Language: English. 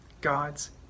God's